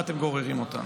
לשם אתם גוררים אותנו.